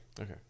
Okay